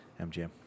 MGM